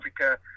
Africa